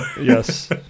Yes